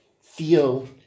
feel